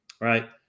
right